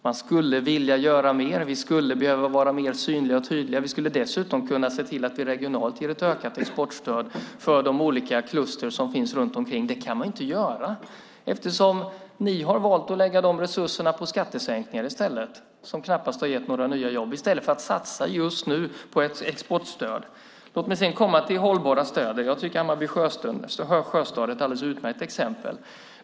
De skulle vilja göra mer, och de skulle behöva vara mer synliga och tydliga. De skulle dessutom kunna se till att regionalt ge ett ökat exportstöd för de olika kluster som finns runt omkring. Men det kan de inte göra eftersom ni har valt att lägga de resurserna på skattesänkningar i stället, vilket knappast har gett några nya jobb. Det har ni gjort i stället för att just nu satsa på ett exportstöd. Låt mig sedan komma till hållbara städer. Jag tycker att Hammarby Sjöstad är ett alldeles utmärkt exempel.